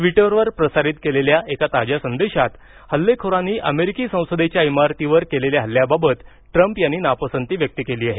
ट्विटरवर प्रसारित केलेल्या एका ताज्या संदेशात हल्लेखोरांनी अमेरिकी संसदेच्या इमारतीवर केलेल्या हल्ल्याबाबत ट्रम्प यांनी नापसंती व्यक्त केली आहे